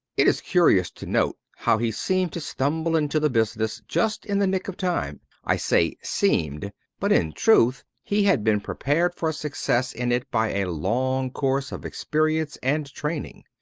it is curious to note how he seemed to stumble into the business just in the nick of time. i say, seemed but, in truth, he had been prepared for success in it by a long course of experience and training.